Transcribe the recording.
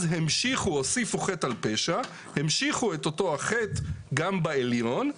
אז המשיכו את אותו החטא גם בעליון,